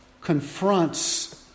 confronts